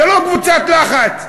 זו לא קבוצת לחץ.